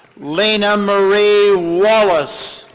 lena marie wallace.